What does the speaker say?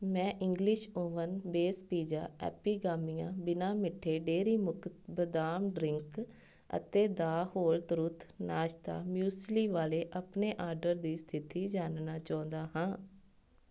ਮੈਂ English oven base pizza Epigamia ਬਿਨਾ ਮਿੱਠੇ ਡੇਅਰੀ ਮੁਕਤ ਬਦਾਮ ਡਰਿੰਕ ਅਤੇ ਦਾ ਹੋਲ ਤਰੁਥ ਨਾਸ਼ਤਾ ਮਿਊਸਲੀ ਵਾਲੇ ਆਪਣੇ ਆਰਡਰ ਦੀ ਸਥਿਤੀ ਜਾਣਨਾ ਚਾਹੁੰਦਾ ਹਾਂ